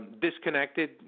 disconnected